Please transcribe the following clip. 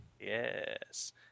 Yes